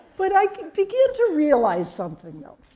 but i begin to realize something, though.